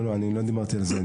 לא דיברתי על זה,